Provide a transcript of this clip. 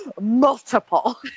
Multiple